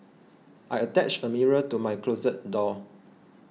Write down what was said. I attached a mirror to my closet door